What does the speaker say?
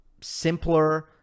simpler